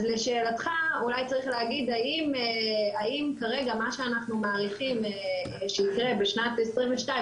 אז לשאלתך אולי צריך להגיד האם כרגע מה שאנחנו מעריכים שיקרה בשנת 2022,